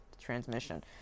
transmission